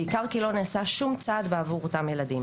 בעיקר כי לא נעשה שום צעד בעבור אותם ילדים,